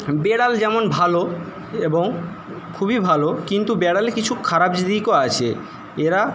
বিড়াল যেমন ভালো এবং খুবই ভালো কিন্তু বিড়ালের কিছু খারাপ দিকও আছে এরা